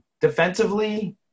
Defensively